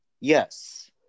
Yes